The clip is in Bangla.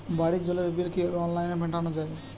বাড়ির জলের বিল কিভাবে অনলাইনে মেটানো যায়?